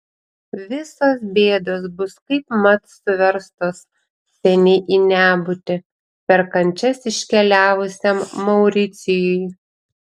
visos bėdos bus kaipmat suverstos seniai į nebūtį per kančias iškeliavusiam mauricijui